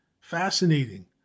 fascinating